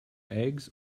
eggs